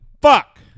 Fuck